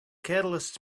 catalysts